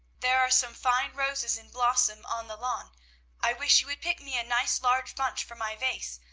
there are some fine roses in blossom on the lawn i wish you would pick me a nice, large bunch for my vase.